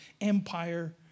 empire